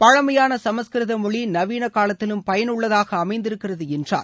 பழமையான சமஸ்கிருத மொழி நவீன காலத்திலும் பயனுள்ளதாக அமைந்திருக்கிறது என்றார்